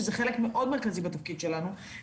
שהוא חלק מאוד מרכזי בתפקיד שלנו.